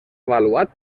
avaluat